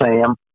Sam